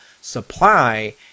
supply